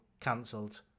cancelled